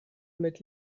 mit